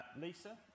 Lisa